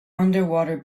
underwater